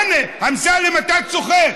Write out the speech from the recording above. הינה, אמסלם, אתה צוחק.